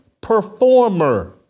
performer